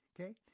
okay